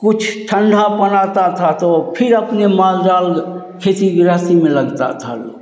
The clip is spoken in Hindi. कुछ ठंढापन आता था तो फिर अपने माल जाल खेती गृहस्ती में लगता था लोग